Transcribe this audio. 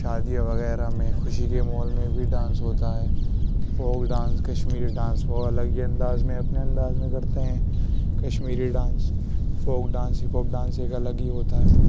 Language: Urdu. شادی وغیرہ میں خوشی کے ماحول میں بھی ڈانس ہوتا ہے فوک ڈانس کشمیری ڈانس وہ الگ ہی انداز میں اپنے انداز میں کرتے ہیں Kashmiri dance folk dance hip hop dance ایک الگ ہی ہوتا ہے